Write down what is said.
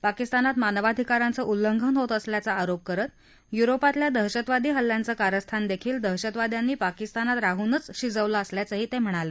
पाकिस्तानात मानवाधिकारांचं उल्लंघन होत असल्याचा आरोप करत युरोपातल्या दहशतवादी हल्ल्यांचं कास्स्थानदेखील दहशतवाद्यांनी पाकिस्तानात राहूनच शिजवलं असल्याचंही ते म्हणाले